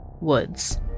woods